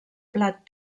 plat